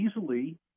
easily